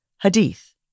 Hadith